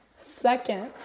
Second